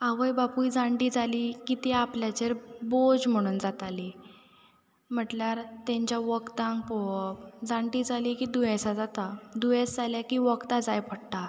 आवय बापूय जाण्टी जालीं की तीं आपल्याचेर बोज म्हणून जातालीं म्हटल्यार तेंच्या वखदांक पळोवप जाण्टी जालीं की दुयेंसां जाता दुयेंस जालें की वखदां जाय पडटा